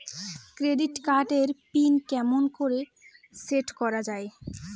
Credit card এর pin কেমন করি সেট করা য়ায়?